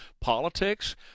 politics